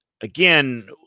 again